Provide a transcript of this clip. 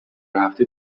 هفته